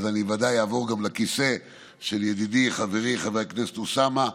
אז אני בוודאי אעבור גם לכיסא של ידידי חברי חבר הכנסת אוסאמה,